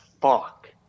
fuck